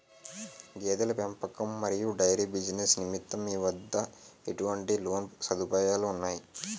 గేదెల పెంపకం మరియు డైరీ బిజినెస్ నిమిత్తం మీ వద్ద ఎటువంటి లోన్ సదుపాయాలు ఉన్నాయి?